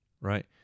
right